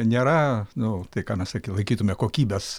nėra nu tai ką mes laikytume kokybės